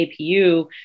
APU